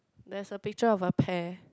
there is a picture of a pear